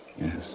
Yes